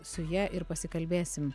su ja ir pasikalbėsim